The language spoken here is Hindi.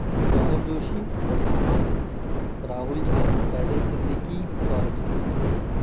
गौरव जोशी ओसामा राहुल झा फैज़ल सिद्दीकी सौरव सिंह